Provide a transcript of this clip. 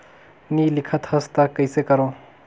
नी लिखत हस ता कइसे करू?